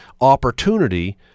opportunity